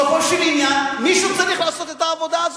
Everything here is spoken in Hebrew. בסופו של עניין מישהו צריך לעשות את העבודה הזאת,